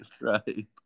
Right